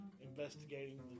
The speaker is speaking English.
investigating